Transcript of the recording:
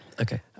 Okay